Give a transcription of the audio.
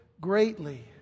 greatly